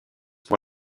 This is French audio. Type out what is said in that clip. pour